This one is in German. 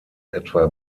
etwa